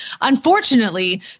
unfortunately